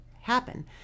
happen